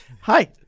Hi